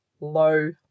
low